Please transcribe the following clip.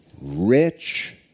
rich